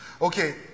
Okay